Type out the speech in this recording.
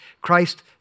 Christ